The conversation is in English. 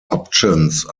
options